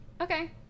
Okay